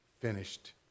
finished